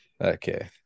okay